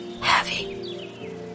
heavy